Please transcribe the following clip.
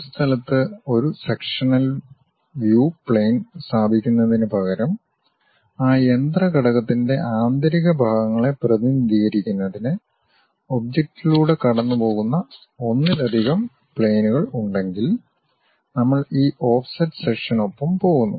ഒരു സ്ഥലത്ത് ഒരു സെക്ഷനൽ വ്യു പ്ലെയിൻ സ്ഥാപിക്കുന്നതിനുപകരം ആ യന്ത്ര ഘടകത്തിന്റെ ആന്തരിക ഭാഗങ്ങളെ പ്രതിനിധീകരിക്കുന്നതിന് ഒബ്ജക്റ്റിലൂടെ കടന്നുപോകുന്ന ഒന്നിലധികം പ്ലെയിനുകൾ ഉണ്ടെങ്കിൽ നമ്മൾ ഈ ഓഫ്സെറ്റ് സെക്ഷനൊപ്പം പോകുന്നു